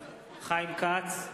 חיים כץ,